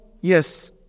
Yes